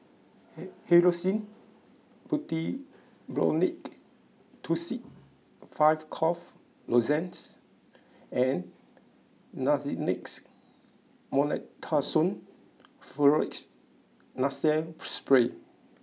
Hyoscine Butylbromide Tussils Five Cough Lozenges and Nasonex Mometasone Furoate Nasal Spray